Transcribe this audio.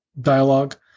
dialogue